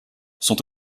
sont